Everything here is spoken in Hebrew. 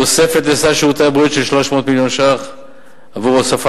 תוספת לסל שירותי הבריאות של 300 מיליון ש"ח עבור הוספת